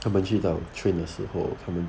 他们去到 train 的时候他们